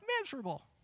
miserable